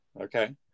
Okay